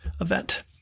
event